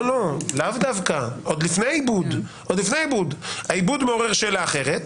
העיבוד מעורר שאלה אחרת.